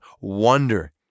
wonder